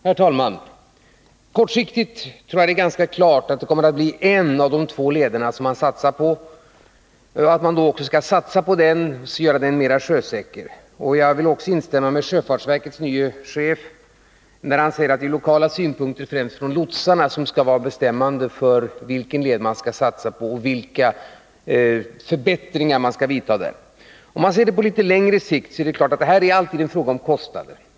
Herr talman! Jag tror det är ganska klart att man för en kortsiktig lösning kommer att satsa på en av de två lederna och göra den mera sjösäker. Jag vill också instämma med sjöfartsverkets nye chef i hans uttalande att det är lokala synpunkter, främst från lotsarna, som skall vara bestämmande för vilken led man skall satsa på och vilka förbättringar som skall vidtas. Ser man på detta på litet längre sikt är det klart att det som alltid är en fråga om kostnader.